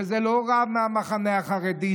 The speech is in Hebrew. וזה לא רב מהמחנה החרדי,